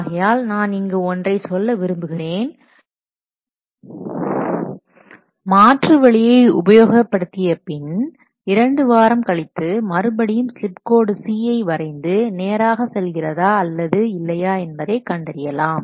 ஆகையால் நான் இங்கு ஒன்றை சொல்ல விரும்புகிறேன் மாற்று வழியை உபயோகப்படுத்திய பின் இரண்டு வாரம் கழித்து மறுபடியும் ஸ்லிப் கோடு C யை வரைந்து நேராக செல்கிறதா அல்லது இல்லையா என்பதை கண்டறியலாம்